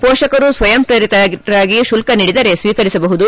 ಶೋಷಕರು ಸ್ವಯಂ ಪ್ರೇರಿತರಾಗಿ ಶುಲ್ತ ನೀಡಿದರೆ ಸ್ವೀಕರಿಸಬಹುದು